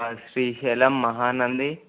Srisailam Mahanandi